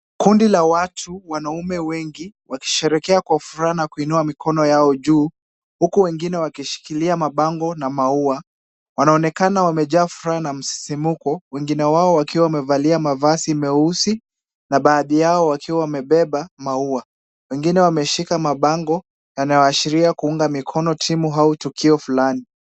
Kundi la watu, wanaume wengi wakisherehekea kwa furaha na kuinua mikono yao juu huku wengine wakishikilia mabango na maua. Wanaonekana wamejaa furaha na msisimko, wengine wao wakiwa wamevalia mavazi meusi, na baadhi yao wakiwa wamebeba maua. Wengine wameshika mabango yanayoashiria kuunga mikono timu au tukio fulani.